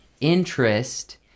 interest